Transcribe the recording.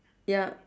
ya